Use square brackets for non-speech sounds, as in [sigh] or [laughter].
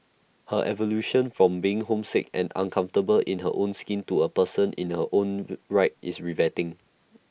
her evolution from being [noise] homesick and uncomfortable in her own skin to A person in her own right is riveting